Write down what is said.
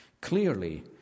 clearly